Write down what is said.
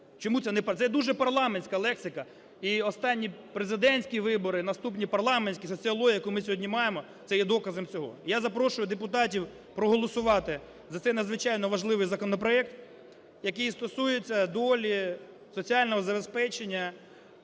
це дуже парламентська лексика. І останні президентські вибори, наступні парламентські, соціологія, яку ми сьогодні маємо, це є доказом цього. Я запрошую депутатів проголосувати за цей, надзвичайно важливий, законопроект, який стосується долі соціального забезпечення